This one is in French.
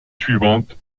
suivante